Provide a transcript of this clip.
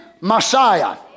Messiah